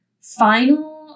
final